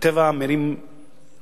כשהטבע מרים ראש,